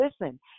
listen